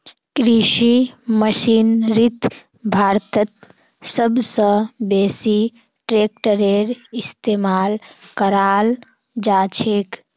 कृषि मशीनरीत भारतत सब स बेसी ट्रेक्टरेर इस्तेमाल कराल जाछेक